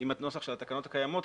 הנוסח של התקנות הקיימות,